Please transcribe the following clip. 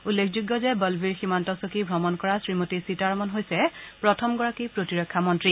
উল্লেখযোগ্য যে বলবীৰ সীমান্ত চকী শ্ৰমণ কৰা শ্ৰীমতী সীতাৰমন হৈছে প্ৰথমগৰাকী প্ৰতিৰক্ষা মন্ত্ৰী